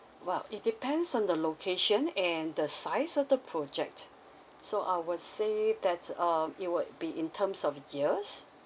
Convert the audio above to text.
well it depends on the location and the size of the project so I would say that um it would be in terms of years